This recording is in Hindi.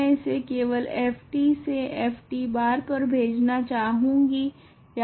मैं इसे केवल f से f पर भेजना चाहूँगी